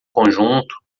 conjunto